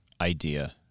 idea